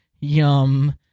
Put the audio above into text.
yum